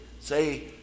say